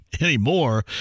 anymore